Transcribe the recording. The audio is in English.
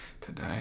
today